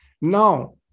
Now